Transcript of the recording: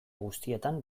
guztietan